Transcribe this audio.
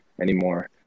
anymore